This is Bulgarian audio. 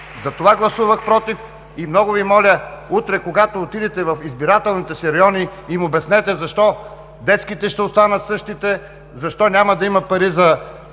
затова гласувах против. Много Ви моля, утре, когато отидете в избирателните си райони, да им обясните защо детските ще останат същите, защо няма да има пари за